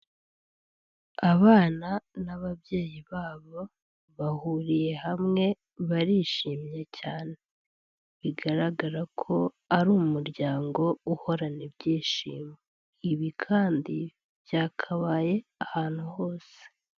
Abana n'ababyeyi babo bahuriye hamwe barishimye cyane, bigaragara ko ari umuryango uhorana ibyishimo. Ibi kandi byakabaye ahantu hose.